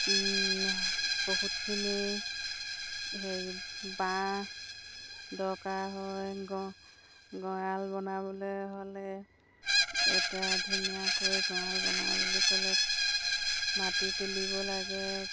বহুতখিনি হেৰি বাঁহ দৰকাৰ হয় গড়াল বনাবলৈ হ'লে এটা ধুনীয়াকৈ গড়াল বনাওঁ বুলি ক'লে মাটি তুলিব লাগে